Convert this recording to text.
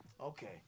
okay